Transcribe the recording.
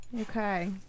Okay